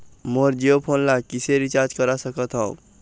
मोर Jio phone ला किसे recharge करा सकत हवं?